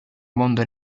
mondo